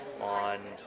on